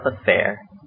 affair